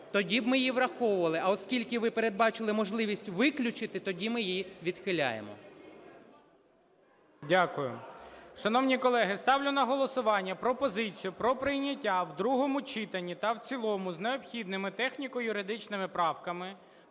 тоді б ми її враховували, а оскільки ви передбачили можливість виключити, тоді ми її відхиляємо.